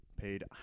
paid